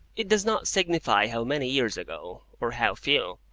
it does not signify how many years ago, or how few,